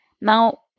Now